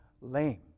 lame